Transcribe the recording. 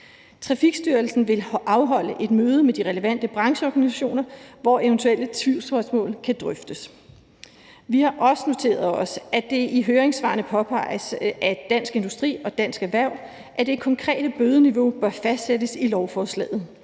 Trafikstyrelsen vil afholde et møde med de relevante branceorganisationer, hvor eventuelle tvivlsspørgsmål kan drøftes. Vi har også noteret os, at det i høringssvarene påpeges af Dansk Industri og Dansk Erhverv, at det konkrete bødeniveau bør fastsættes i lovforslaget.